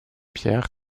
pierres